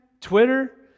Twitter